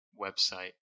website